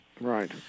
Right